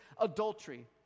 adultery